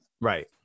right